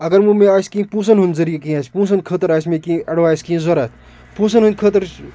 اگر وۄنۍ مےٚ آسہِ کیٚنہہ پونٛسَن ہُنٛد ذٔریعہِ کیٛنہہ آسہِ پونٛسَن خٲطرٕ آسہِ مےٚ کیٚنہہ اٮ۪ڈوایِس کیٚنہہ ضوٚرتھ پونٛسَن ہٕنٛدۍ خٲطرٕ چھُس